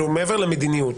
מעבר למדיניות.